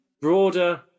broader